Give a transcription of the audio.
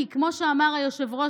כמו שאמר היושב-ראש,